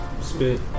Spit